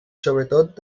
sobretot